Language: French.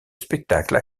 spectacle